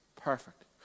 perfect